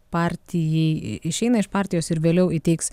partijai išeina iš partijos ir vėliau įteiks